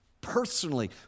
Personally